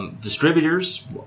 Distributors